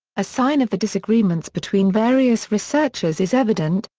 a sign of the disagreements between various researchers is evident,